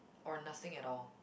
or nothing at all